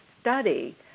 study